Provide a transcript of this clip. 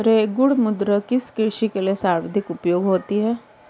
रेगुड़ मृदा किसकी कृषि के लिए सर्वाधिक उपयुक्त होती है?